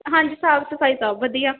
ਹਾਂਜੀ ਸਾਫ਼ ਸਫਾਈ ਸਭ ਵਧੀਆ